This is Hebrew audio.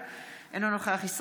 אינו נוכח ינון אזולאי,